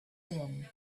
din